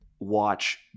watch